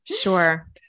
Sure